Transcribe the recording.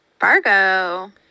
Fargo